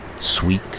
Sweet